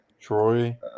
Troy